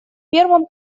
первом